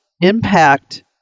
impact